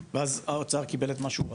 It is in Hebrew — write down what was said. ואז האוצר קיבל את מה שהוא רצה,